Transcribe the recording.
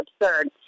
absurd